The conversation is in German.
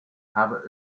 habe